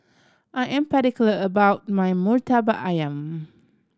I am particular about my Murtabak Ayam